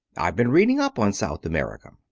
i've been reading up on south america.